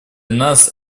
нас